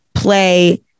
play